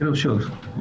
יש לי דוח BDI. שוב,